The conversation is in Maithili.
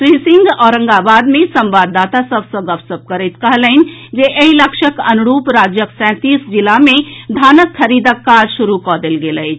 श्री सिंह औरंगाबाद मे संवाददाता सभ सँ गपशप करैत कहलनि जे एहि लक्ष्यक अनुरूप राज्यक सँतीस जिला मे धानक खरीदक काज शुरू कऽ देल गेल अछि